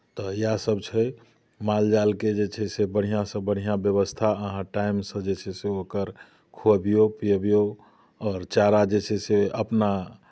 तऽ इएहसभ छै मालजालके जे छै से बढ़िआँसँ बढ़िआँ व्यवस्था अहाँ टाइमसँ जे छै से ओकर खुअबियौ पियबियौ चारा जे छै से अपना